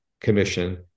Commission